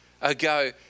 ago